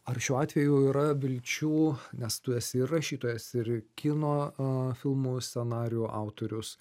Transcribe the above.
ar šiuo atveju yra vilčių nes tu esi ir rašytojas ir kino filmų scenarijų autorius